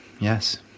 yes